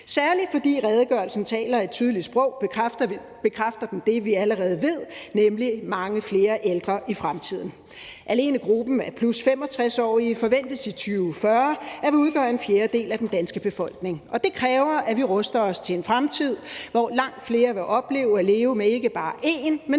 Særlig fordi redegørelsen taler et tydeligt sprog, bekræfter den det, vi allerede ved, nemlig mange flere ældre i fremtiden. Alene gruppen af 65+-årige forventes i 2040 at udgøre en fjerdedel af den danske befolkning, og det kræver, at vi ruster os til en fremtid, hvor langt flere vil opleve at leve med ikke bare en, men